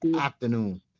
afternoon